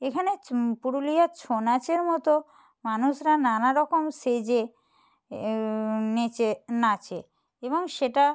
এখানে পুরুলিয়ার ছৌ নাচের মতো মানুষরা নানারকম সেজে নেচে নাচে এবং সেটা